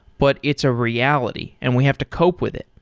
but it's a reality, and we have to cope with it.